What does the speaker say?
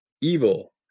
evil